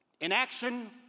Inaction